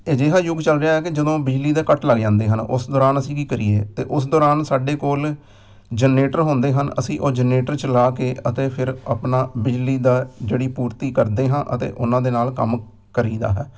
ਅਜਿਹਾ ਯੁਗ ਚੱਲ ਰਿਹਾ ਕਿ ਜਦੋਂ ਬਿਜਲੀ ਦਾ ਕੱਟ ਲੱਗ ਜਾਂਦੇ ਹਨ ਉਸ ਦੌਰਾਨ ਅਸੀਂ ਕੀ ਕਰੀਏ ਤਾਂ ਉਸ ਦੌਰਾਨ ਸਾਡੇ ਕੋਲ ਜਨਰੇਟਰ ਹੁੰਦੇ ਹਨ ਅਸੀਂ ਉਹ ਜਨਰੇਟਰ ਚਲਾ ਕੇ ਅਤੇ ਫਿਰ ਆਪਣਾ ਬਿਜਲੀ ਦਾ ਜਿਹੜੀ ਪੂਰਤੀ ਕਰਦੇ ਹਾਂ ਅਤੇ ਉਹਨਾਂ ਦੇ ਨਾਲ ਕੰਮ ਕਰੀਦਾ ਹੈ